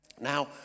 Now